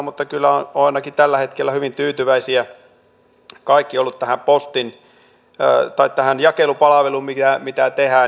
mutta ainakin tällä hetkellä kaikki ovat olleet hyvin tyytyväisiä tähän jakelupalveluun mitä tehdään